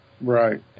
Right